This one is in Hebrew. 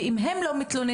ואם הם לא מתלוננים,